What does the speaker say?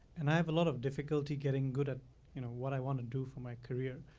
and i have a lot of difficulty getting good at you know what i want to do for my career.